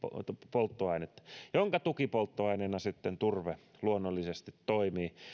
polttoainetta jonka tukipolttoaineena sitten turve luonnollisesti toimii